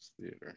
Theater